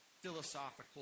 philosophical